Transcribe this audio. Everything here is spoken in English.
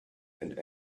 and